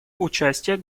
участие